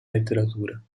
letteratura